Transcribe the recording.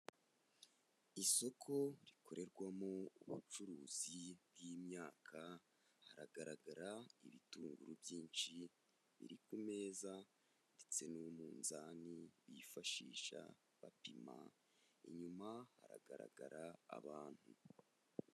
Isoko rikorerwamo ubucuruzi bw'imyaka haragaragara ibitunguru byinshi biri ku meza ndetse n'umunzani bifashisha bapima, inyuma haragaragara abantu.